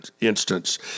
instance